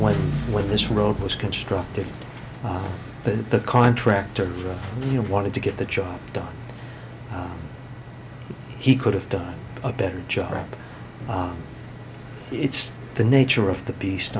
what when this road was constructed that the contractors you know wanted to get the job done he could have done a better job or it's the nature of the beast